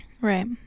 Right